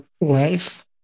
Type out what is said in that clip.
life